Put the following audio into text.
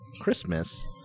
Christmas